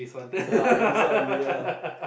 ya like this one ya